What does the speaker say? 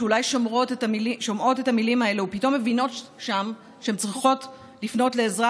שאולי שומעות את המילים האלה ופתאום מבינות שם שהן צריכות לפנות לעזרה,